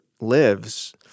lives